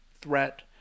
threat